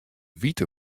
wite